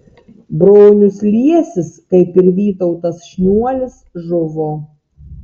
bronius liesis kaip ir vytautas šniuolis žuvo